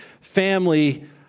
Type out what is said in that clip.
family